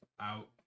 out